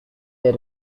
they